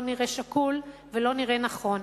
לא נראה שקול ולא נראה נכון.